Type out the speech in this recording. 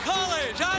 College